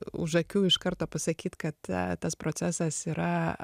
už akių iš karto pasakyt kad tas procesas yra